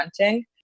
renting